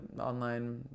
online